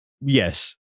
Yes